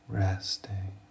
resting